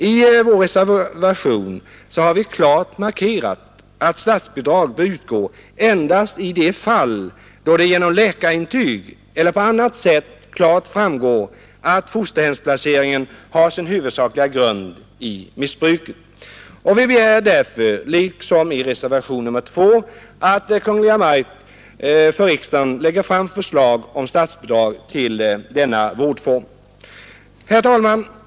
I reservationen har vi klart markerat att statsbidrag bör utgå endast i de fall då det genom läkarintyg eller på annat sätt klart framgår att fosterhemsplaceringen har sin huvudsakliga grund i missbruket. Och vi begär därför liksom i reservationen 2 att Kungl. Maj:t för riksdagen lägger fram förslag om statsbidrag till denna vårdform. Herr talman!